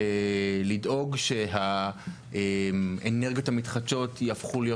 בלדאוג שהאנרגיות המתחדשות יהפכו להיות